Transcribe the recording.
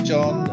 John